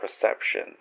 perception